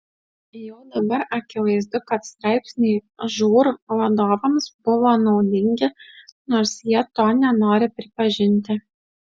jau dabar akivaizdu kad straipsniai žūr vadovams buvo naudingi nors jie to nenori pripažinti